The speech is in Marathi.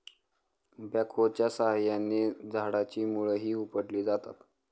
बॅकहोच्या साहाय्याने झाडाची मुळंही उपटली जातात